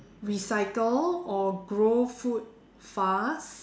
recycle or grow food fast